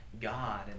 God